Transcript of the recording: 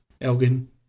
Elgin